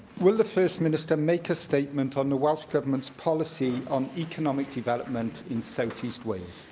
will the first minister make a statement on the welsh government's policy on economic development in south-east wales?